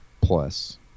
plus